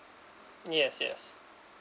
yes yes